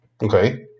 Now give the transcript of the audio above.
Okay